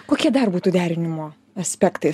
kokie dar būtų derinimo aspektai